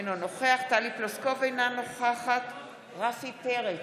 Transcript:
אינו נוכח טלי פלוסקוב, אינה נוכחת רפי פרץ,